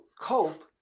cope